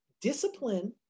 discipline